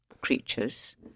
creatures